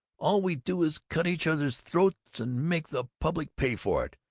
all we do is cut each other's throats and make the public pay for it!